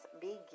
begin